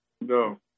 No